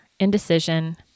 indecision